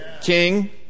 King